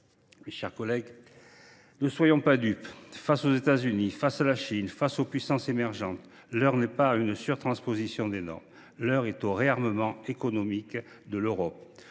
Mes chers collègues, ne soyons pas dupes : face aux États Unis, face à la Chine, face aux puissances émergentes, l’heure n’est pas à une surtransposition des normes : l’heure est au réarmement économique de l’Europe